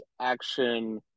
action